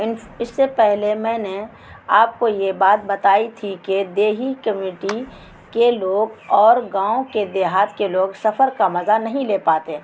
ان اس سے پہلے میں نے آپ کو یہ بات بتائی تھی کہ دیہی کمیٹی کے لوگ اور گاؤں کے دیہات کے لوگ سفر کا مزہ نہیں لے پاتے